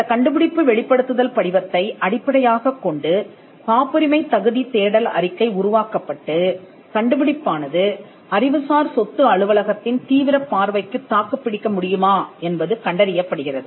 இந்தக் கண்டுபிடிப்பு வெளிப்படுத்துதல் படிவத்தை அடிப்படையாகக் கொண்டு காப்புரிமை தகுதி தேடல் அறிக்கை உருவாக்கப்பட்டுக் கண்டுபிடிப்பானது அறிவுசார் சொத்து அலுவலகத்தின் தீவிரப் பார்வைக்குத் தாக்குப்பிடிக்குமா என்பது கண்டறியப்படுகிறது